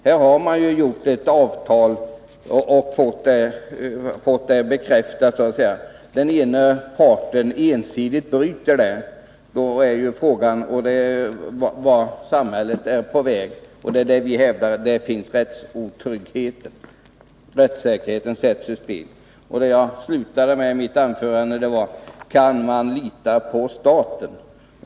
I de här fallen har avtal träffats och också bekräftats. Om den ena parten ensidigt bryter ett sådant avtal är frågan vart samhället är på väg. Det är där vi hävdar att rättsotryggheten finns. Rättssäkerheten sätts ur spel. Jag slutade mitt anförande med att fråga: Kan man lita på staten?